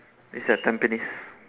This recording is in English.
it's at tampines